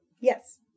Yes